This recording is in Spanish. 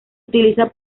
utiliza